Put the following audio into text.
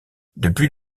depuis